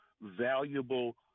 valuable